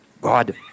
God